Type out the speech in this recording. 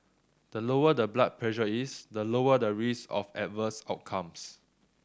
the lower the blood pressure is the lower the risk of adverse outcomes